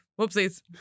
whoopsies